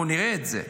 אנחנו נראה את זה,